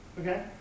Okay